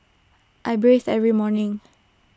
I bathe every morning